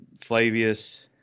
Flavius